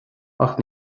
ach